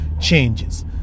changes